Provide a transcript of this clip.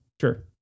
Sure